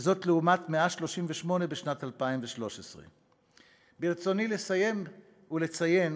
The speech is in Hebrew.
וזאת לעומת 138 בשנת 2013. ברצוני לסיים ולציין